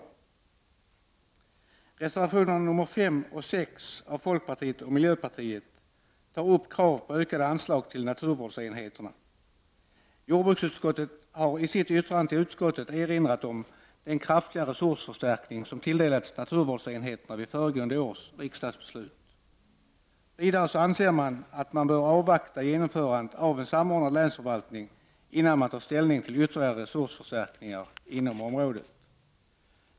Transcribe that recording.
I reservationerna nr 5 och 6 ställer folkpartiet och miljöpartiet krav på ökade anslag till naturvårdsenheterna. Jordbruksutskottet har i sitt yttrande till bostadsutskottet erinrat om den kraftigare resursförstärkning som tilldelades naturvårdsenheterna vid föregående års riksdagsbeslut. Vidare anses det att man bör avvakta genomförandet av en samordnad länsförvaltning innan man tar ställning till ytterligare resursförstärkningar inom området.